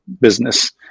business